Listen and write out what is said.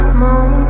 moon